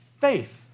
Faith